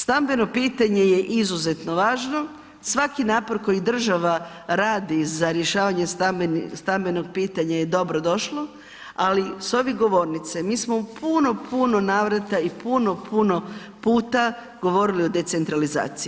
Stambeno pitanje je izuzetno važno, svaki napor koji država radi za rješavanje stambenog pitanja je dobro došlo, ali s ove govornice mi smo u puno, puno navrata i puno, puno puta govorili o decentralizaciji.